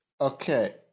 Okay